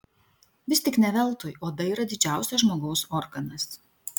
vis tik ne veltui oda yra didžiausias žmogaus organas